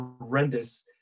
horrendous